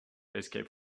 escape